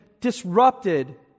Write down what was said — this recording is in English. disrupted